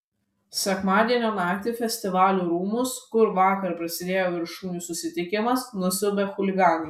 sekmadienio naktį festivalių rūmus kur vakar prasidėjo viršūnių susitikimas nusiaubė chuliganai